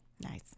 Nice